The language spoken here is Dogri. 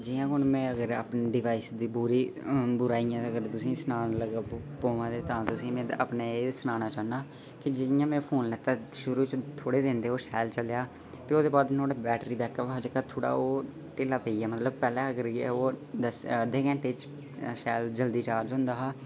जि'यां हून में अगर अपने डिबाइस दी पूरी बुराईयां अगर तुसें ई सनान लगी पवां तां तुसें ई में अपने एह् सनाना चाह्न्नां कि जि'यां में फोन लैता शुरु च थोह्ड़े दिन ते ओह् शैल चलेआ ते ओहदे बाद नुआढ़ा जेह्का बैटरी बैकअप हा जेह्का थोह्ड़ा ओह् ढीला पेई गेआ मतलब पैह्लें अगर ओह् अद्धे घैंटे च शैल जल्दी चार्ज होंदा हा